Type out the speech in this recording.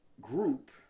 group